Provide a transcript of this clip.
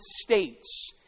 States